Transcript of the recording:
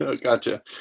Gotcha